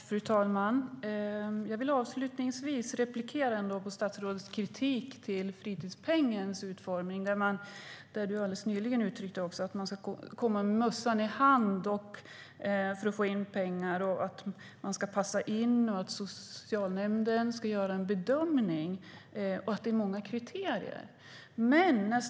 Fru talman! Jag vill avslutningsvis replikera på statsrådets kritik av fritidspengens utformning. Hon sa nämligen att man för att få in pengar ska komma med mössan i hand, att man ska passa in och att socialnämnden ska göra en bedömning, alltså att det är fråga om många kriterier.